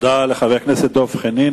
תודה לחבר הכנסת חנין.